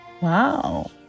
Wow